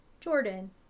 jordan